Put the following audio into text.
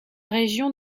région